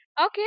Okay